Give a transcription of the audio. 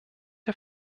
der